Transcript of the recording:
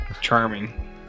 charming